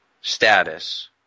status